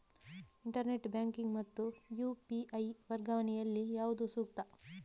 Internet banking ಮತ್ತು UPI ವರ್ಗಾವಣೆ ಯಲ್ಲಿ ಯಾವುದು ಸೂಕ್ತ?